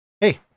Hey